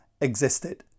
existed